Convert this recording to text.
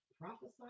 prophesied